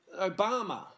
Obama